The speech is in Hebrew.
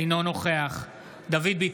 אינו נוכח דוד ביטן,